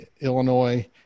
Illinois